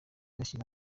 ushyira